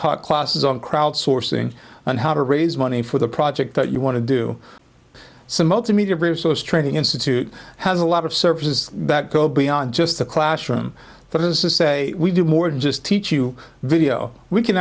taught classes on crowdsourcing and how to raise money for the project that you want to do some multimedia training institute has a lot of services that go beyond just the classroom but this is a we do more than just teach you video we can